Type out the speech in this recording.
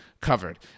covered